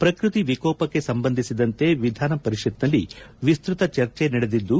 ಪ್ರಕೃತಿ ವಿಕೋಪಕ್ಕೆ ಸಂಬಂಧಿಸಿದಂತೆ ವಿಧಾನ ಪರಿಷತ್ತಿನಲ್ಲಿ ವಿಸ್ತ್ರತ ಚರ್ಚೆ ನಡೆದಿದ್ದು